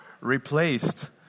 replaced